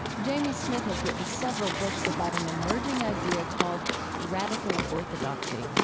jamie smith has written several books about an emerging idea called radical orthodoxy.